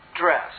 dress